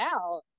out